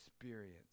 experience